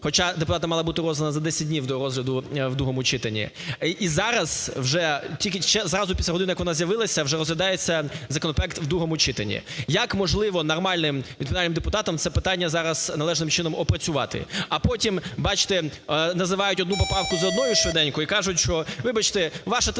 Хоча депутатам мала бути роздана за 10 днів до розгляду в другому читанні. І зараз вже… тільки зразу після годину, як вона з'явилася, вже розглядається законопроект у другому читанні. Як можливо нормальним відповідальним депутатам це питання зараз належним чином опрацювати? А потім, бачите, називають одну поправку за одною швиденько і кажуть, що, вибачте, ваша